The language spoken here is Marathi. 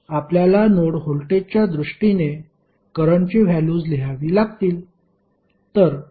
आपल्याला नोड व्होल्टेजच्या दृष्टीने करंटची व्हॅल्युस लिहावी लागतील